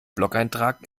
blogeintrag